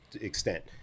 extent